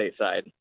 stateside